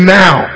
now